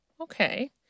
okay